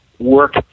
work